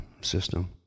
system